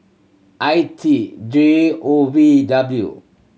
I T J O V W